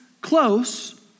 close